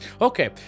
Okay